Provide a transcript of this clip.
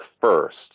first